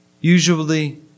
usually